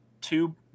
two